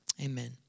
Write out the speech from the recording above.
amen